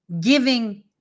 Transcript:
giving